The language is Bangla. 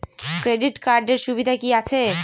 ক্রেডিট কার্ডের সুবিধা কি আছে?